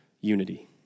unity